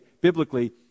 biblically